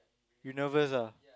you nervous ah